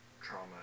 trauma